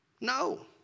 no